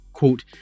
Quote